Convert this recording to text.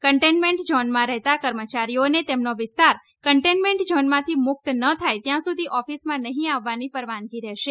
containment ઝોનમાં રહેતા કર્મચારીઓને તેમનો વિસ્તાર કન્ટેનમેન્ટ ઝોનમાંથી મુકત ન થાય ત્યાં સુધી ઓફિસમાં નહીં આવવાની પરવાનગી રહેશે